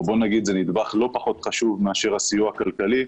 או בואו נגיד שזה נדבך לא פחות חשוב מאשר הסיוע הכלכלי,